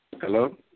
Hello